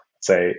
Say